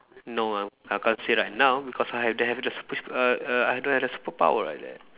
no I I can't say right now because I have the habit of err err I don't have the superpower like that